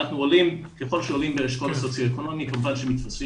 ככל שעולים באשכול סוציו אקונומי כמובן שמתווספים